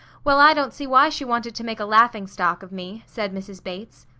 well, i don't see why she wanted to make a laughing stock of me, said mrs. bates.